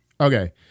Okay